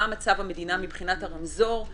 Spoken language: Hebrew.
מה מצב המדינה מבחינת הרמזור.